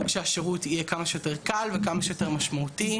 שהשירות יהיה כמה שיותר קל וכמה שיותר משמעותי.